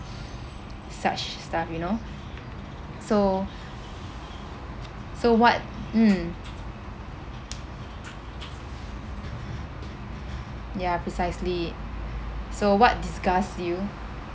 such stuff you know so so what mm ya precisely so what disgusts you